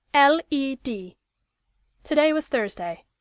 l. e. d to-day was thursday.